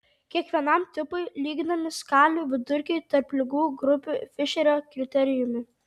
kiekvienam tipui lyginami skalių vidurkiai tarp ligų grupių fišerio kriterijumi